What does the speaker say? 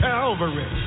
Calvary